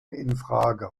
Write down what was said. infrage